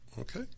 okay